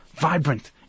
vibrant